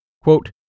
Quote